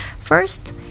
First